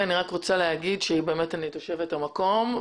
אני רק רוצה לומר שאכן אני תושבת המקום.